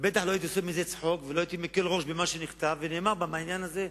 בטח לא הייתי עושה מזה צחוק ולא מקל ראש במה שנכתב ונאמר בעניין הזה.